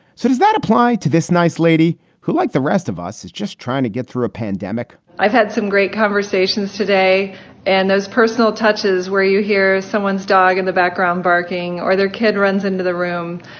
so does that apply to this nice lady who, like the rest of us, is just trying to get through a pandemic? i've had some great conversations today and those personal touches where you hear someone's dog in the background barking or their kid runs into the room.